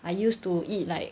I used to eat like